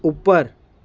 ઉપર